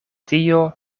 tio